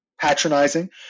patronizing